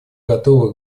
готова